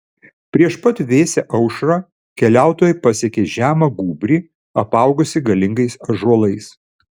prieš pat vėsią aušrą keliautojai pasiekė žemą gūbrį apaugusį galingais ąžuolais